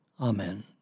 Amen